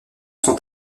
sont